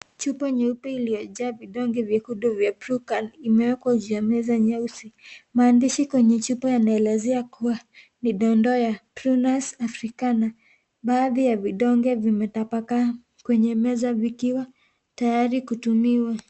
Chupa nyeupe iliyojaa vidonge vyekundu vya prucan imewekwa kwenye meza nyeusi. Maandishi kwenye meza yanaelezea kuwa ni dondoa ya Prunas Afrikana. Baadhi ya vidonge vimetapakaa kwenye meza vikiwa tayari kutumiwa.